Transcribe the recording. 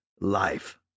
life